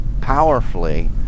Powerfully